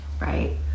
Right